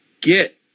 get